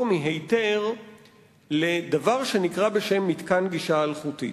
מהיתר לדבר שנקרא "מתקן גישה אלחוטית".